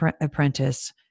apprentice